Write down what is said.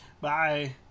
Bye